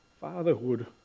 fatherhood